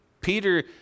Peter